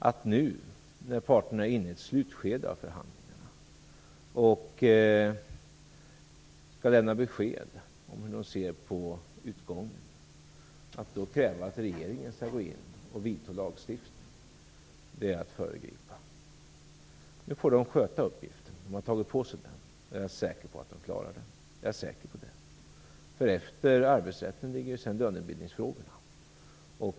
Att nu, när parterna är inne i ett slutskede av förhandlingarna och skall lämna besked om hur de ser på utgången, kräva att regeringen skall gå in och lagstifta, det är att föregripa. Nu får de sköta uppgiften. De har tagit på sig den, och jag är säker på att de klarar den. Jag är säker på det. Efter arbetsrätten ligger ju lönebildningsfrågorna.